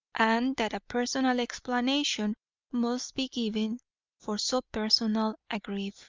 and that a personal explanation must be given for so personal a grief